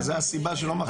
אז זו הסיבה שלא מכריזים?